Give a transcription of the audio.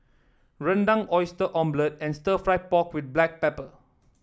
Rendang Oyster Omelette and stir fry pork with Black Pepper